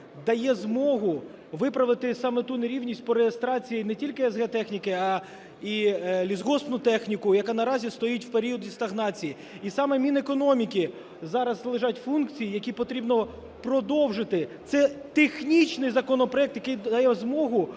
дає змогу виправити саме ту нерівність по реєстрації не тільки с/г техніки, а й лісгоспну техніку, яка наразі стоїть в періоді стагнації. І саме Мінекономіки зараз належать функції, які потрібно продовжити. Це технічний законопроект, який дає змогу